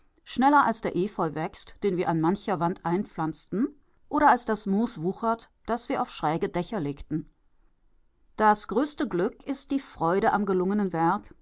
schneller als der efeu wächst den wir an mancher wand einpflanzten oder als das moos wuchert das wir auf schräge dächer legten das größte glück ist die freude am gelungenen